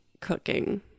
cooking